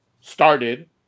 started